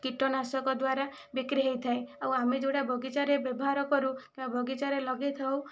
କୀଟନାଶକ ଦ୍ୱାରା ବିକ୍ରି ହୋଇଥାଏ ଆଉ ଆମେ ଯେଉଁଟା ବଗିଚାରେ ବ୍ୟବହାର କରୁ ବା ବଗିଚାରେ ଲଗେଇ ଥାଉ